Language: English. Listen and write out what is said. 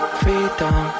freedom